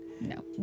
No